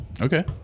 Okay